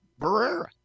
Barrera